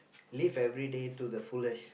live everyday to the fullest